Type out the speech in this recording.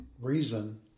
reason